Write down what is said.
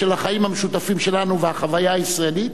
של החיים המשותפים שלנו והחוויה הישראלית,